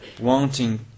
wanting